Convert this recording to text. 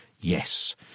Yes